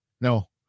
no